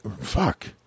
Fuck